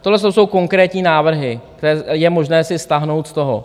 Tohle jsou konkrétní návrhy, které je možné si stáhnout z toho...